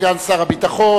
סגן שר הביטחון,